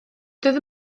doedd